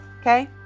okay